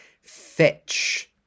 fetch